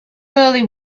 early